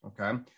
Okay